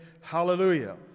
hallelujah